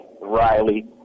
Riley